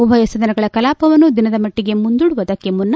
ಉಭಯ ಸದನಗಳ ಕಲಾಪವನ್ನು ದಿನದ ಮಟ್ಲಗೆ ಮುಂದೂಡುವುದಕ್ಕೆ ಮುನ್ನ